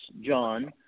John